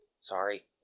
Sorry